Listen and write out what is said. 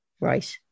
Right